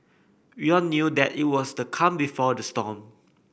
we all knew that it was the calm before the storm